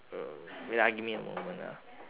uh wait ah give me a moment ah